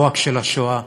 לא רק של השואה,